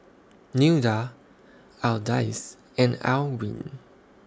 Nilda Ardyce and Alwine